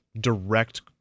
direct